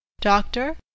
Doctor